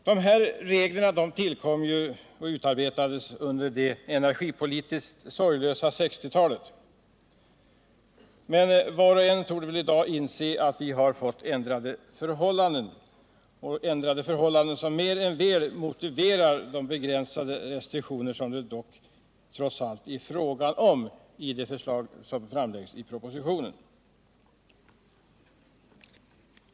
De här reglerna tillkom under det energipolitiskt sorglösa 1960-talet. Men var och en torde väl i dag inse att förhållandena har ändrats på ett sätt som mer än väl motiverar de trots allt begränsade restriktioner som det är fråga om i det förslag som framläggs i propositionen.